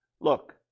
Look